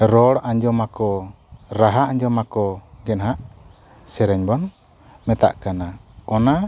ᱨᱚᱲ ᱟᱸᱡᱚᱢ ᱟᱠᱚ ᱨᱟᱦᱟ ᱟᱸᱡᱚᱢ ᱟᱠᱚ ᱜᱮ ᱱᱟᱦᱟᱜ ᱥᱮᱨᱮᱧ ᱫᱚ ᱢᱮᱛᱟᱜ ᱠᱟᱱᱟ ᱚᱱᱟ